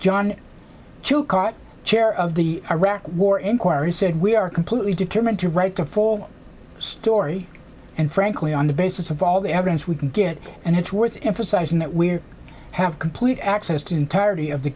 john two caught chair of the iraq war inquiry said we are completely determined to write the full story and frankly on the basis of all the evidence we can get and it's worth emphasizing that we have complete access to the entirety of the